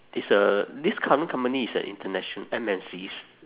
it's a this current company is a international M_N_Cs